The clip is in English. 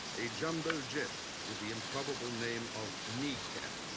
a jumbo jet with the improbable name of kneecap.